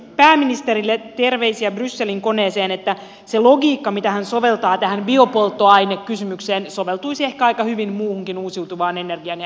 pääministerille terveisiä brysselin koneeseen että se logiikka mitä hän soveltaa tähän biopolttoainekysymykseen soveltuisi ehkä aika hyvin muuhunkin uusiutuvaan energiaan ja energiatehokkuuteen